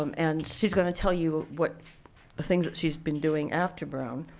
um and she's going to tell you what the things that she's been doing after brown.